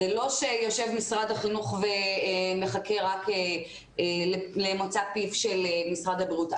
זה לא שיושב משרד החינוך ומחכה למוצא פיו של משרד הבריאות.